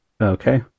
Okay